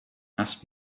ask